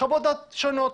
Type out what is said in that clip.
חוות דעת שונות.